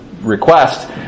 request